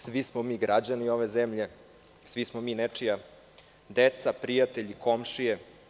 Svi smo mi građani ove zemlje, svi smo mi nečija deca, prijatelji, komšije.